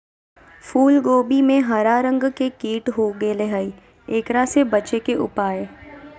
फूल कोबी में हरा रंग के कीट हो गेलै हैं, एकरा से बचे के उपाय?